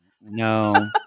No